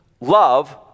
love